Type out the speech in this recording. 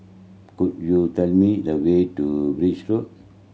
could you tell me the way to Birch Road